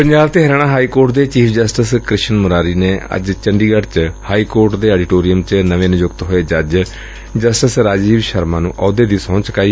ਪੰਜਾਬ ਤੇ Haryana high court ਦੇ chief justice ਕ੍ਸਿਨ ਮੁਰਾਰੀ ਨੇ ਅੱਜ ਚੰਡੀਗੜ੍ਹ ਚ ਹਾਈ ਕੋਰਟ ਦੇ ਆਡੀਟੋਰੀਅਮ ਵਿਚ ਨਵੇਂ ਨਿਯੁਕਤ ਹੋਏ ਜੱਜ ਜਸਟਿਸ ਰਾਜੀਵ ਸ਼ਰਮਾ ਨੂੰ ਆਹੁਦੇ ਦੀ ਸਹੂੰ ਚੁਕਾਈ